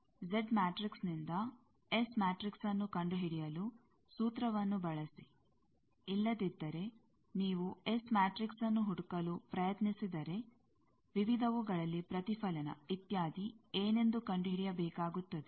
Z ಮ್ಯಾಟ್ರಿಕ್ಸ್ನಿಂದ S ಮ್ಯಾಟ್ರಿಕ್ಸ್ನ್ನು ಕಂಡುಹಿಡಿಯಲು ಸೂತ್ರವನ್ನು ಬಳಸಿ ಇಲ್ಲದಿದ್ದರೆ ನೀವು ಎಸ್ ಮ್ಯಾಟ್ರಿಕ್ಸ್ನ್ನು ಹುಡುಕಲು ಪ್ರಯತ್ನಿಸಿದರೆ ವಿವಿಧವುಗಳಲ್ಲಿ ಪ್ರತಿಫಲನ ಇತ್ಯಾದಿ ಏನೆಂದು ಕಂಡುಹಿಡಿಯಬೇಕಾಗುತ್ತದೆ